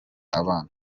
abana